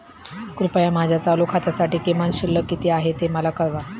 कृपया माझ्या चालू खात्यासाठी किमान शिल्लक किती आहे ते मला कळवा